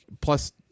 plus